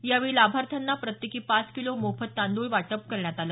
यावेळी लाभार्थ्यांना प्रत्येकी पाच किलो मोफत तांद्रळ वाटप करण्यात आलं